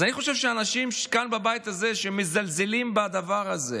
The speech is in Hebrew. אז אני חושב שאנשים כאן בבית הזה שמזלזלים בדבר הזה